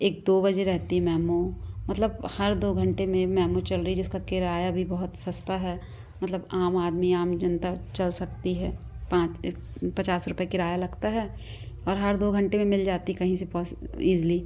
एक दो बजे रहती है मैमो मतलब हर दो घंटे में मैमो चल रही है जिसका किराया भी बहुत सस्ता है मतलब आम आदमी आम जनता चल सकती है पाँच एक पचास रुपए किराया लगता है और हर दो घंटे में मिल जाती है कहीं से पौसी इज़ली